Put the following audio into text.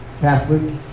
Catholic